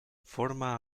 forma